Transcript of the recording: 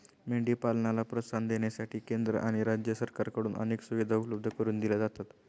मेंढी पालनाला प्रोत्साहन देण्यासाठी केंद्र आणि राज्य सरकारकडून अनेक सुविधा उपलब्ध करून दिल्या जातात